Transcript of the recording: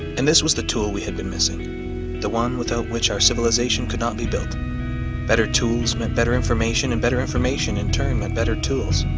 and this was the tool we had been missing the one without which our civilization could not be built better tools meant better information and better information in turn meant better tools